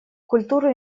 культуру